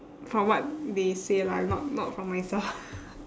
from what they say lah if not not from myself